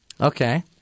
Okay